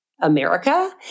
America